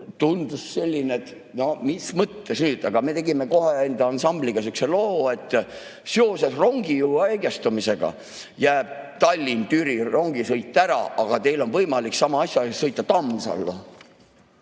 Tundus selline, et no mis mõttes nüüd. Aga me tegime kohe enda ansambliga sihukese loo, et seoses rongijuhi haigestumisega jääb Tallinna–Türi rongisõit ära, aga teil on võimalik sama asja eest sõita Tamsallu.